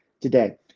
today